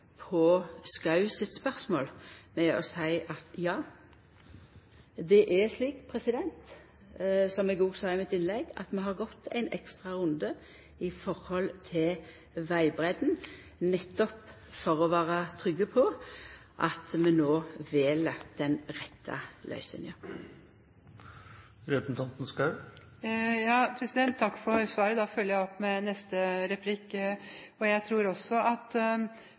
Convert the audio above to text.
på Schou sitt spørsmål med å seia at ja, det er slik – som eg òg sa i mitt innlegg – at vi har gått ein ekstra runde i forhold til vegbreidda nettopp for å vera trygge på at vi no vel den rette løysinga. Takk for svaret. Da følger jeg opp med neste replikk. Jeg tror også at